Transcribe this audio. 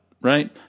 right